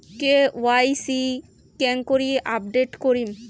KYC কেঙ্গকরি update করিম?